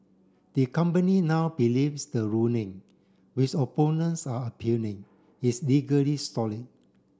the company now believes the ruling which opponents are appealing is legally solid